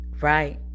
right